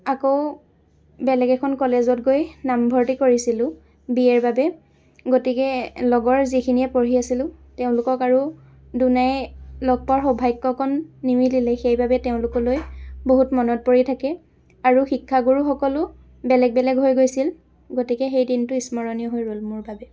আকৌ বেলেগ এখন কলেজত গৈ নাম ভৰ্তি কৰিছিলোঁ বি এৰ বাবে গতিকে লগৰ যিখিনিয়ে পঢ়ি আছিলোঁ তেওঁলোকক আৰু দুনাই লগ পোৱাৰ সৌভাগ্যকণ নিমিলিলে সেইবাবে তেওঁলোকলৈ বহুত মনত পৰি থাকে আৰু শিক্ষাগুৰুসকলো বেলেগ বেলেগ হৈ গৈছিল গতিকে সেই দিনটো স্মৰণীয় হৈ ৰ'ল মোৰ বাবে